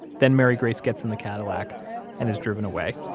then mary grace gets in the cadillac and is driven away